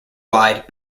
wide